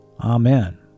Amen